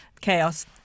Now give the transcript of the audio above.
Chaos